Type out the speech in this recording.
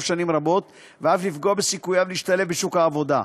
שנים רבות ואף לפגוע בסיכוייו להשתלב בשוק העבודה.